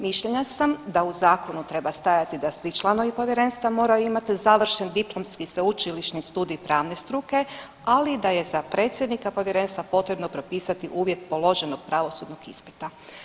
Mišljenja sam da u zakonu treba stajati da svi članovi povjerenstva moraju imati završen diplomski i sveučilišni studij pravne struke, ali da je za predsjednika povjerenstva potrebno propisati uvjet položenog pravosudnog ispita.